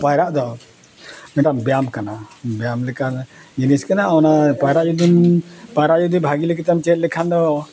ᱯᱟᱭᱨᱟᱜ ᱫᱚ ᱢᱤᱫᱴᱟᱝ ᱵᱮᱭᱟᱢ ᱠᱟᱱᱟ ᱵᱮᱭᱟᱢ ᱞᱮᱠᱟ ᱡᱤᱱᱤᱥ ᱠᱟᱱᱟ ᱚᱱᱟ ᱯᱟᱭᱨᱟ ᱡᱩᱫᱤᱢ ᱯᱟᱭᱨᱟ ᱡᱩᱫᱤ ᱵᱷᱟᱹᱜᱤ ᱞᱟᱹᱜᱤᱫ ᱛᱮᱢ ᱪᱮᱫ ᱞᱮᱠᱷᱟᱱ ᱫᱚ